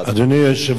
אדוני היושב-ראש,